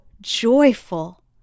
joyful